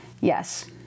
yes